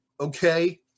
Okay